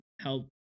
help